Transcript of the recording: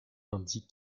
indique